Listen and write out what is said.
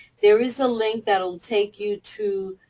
there is a link that will take you to,